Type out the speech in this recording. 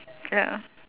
ya